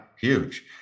huge